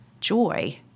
joy